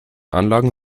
anlagen